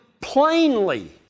plainly